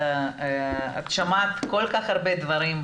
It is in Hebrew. את שמעת כל כך הרבה דברים,